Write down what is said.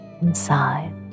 inside